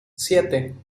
siete